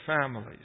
families